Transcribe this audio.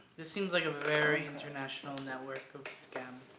this seems like a very international network of scam.